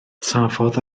safodd